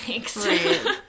thanks